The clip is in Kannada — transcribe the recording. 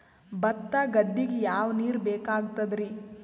ಭತ್ತ ಗದ್ದಿಗ ಯಾವ ನೀರ್ ಬೇಕಾಗತದರೀ?